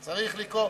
צריך לקרוא.